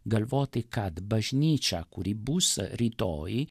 galvoti kad bažnyčia kuri bus rytoj